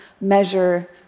measure